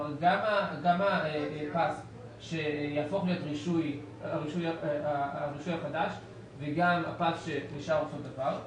גם אחד שיהפוך להיות הרישוי החדש וגם אחד שנשאר אותו הדבר,